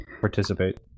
participate